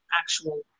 actual